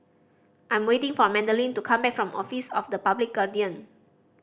I'm waiting for Madlyn to come back from Office of the Public Guardian